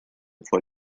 for